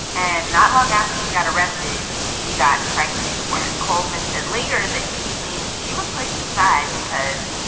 and not long after she got arrested, she got pregnant right and colvin said later that she thinks she was pushed aside because,